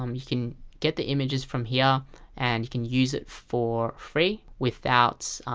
um you can get the images from here and you can use it for free without